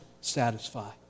satisfy